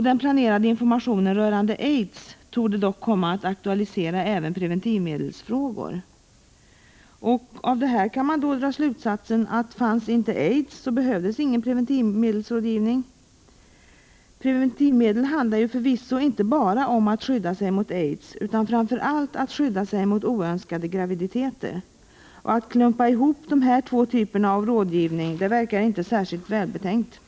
Den planerade informationen rörande AIDS torde dock komma att aktualisera även preventivmedelsfrågor.” Av detta kan man dra slutsatsen att om inte aids fanns så behövde man inte någon preventivmedelsrådgivning. Preventivmedel handlar förvisso inte bara om att skydda sig mot aids utan framför allt om att skydda sig mot oönskade graviditeter. Att klumpa ihop dessa två typer av rådgivning verkar inte särskilt välbetänkt.